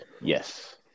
Yes